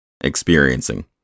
experiencing